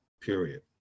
period